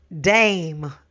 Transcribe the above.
DAME